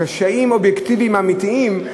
קשיים אובייקטיביים אמיתיים,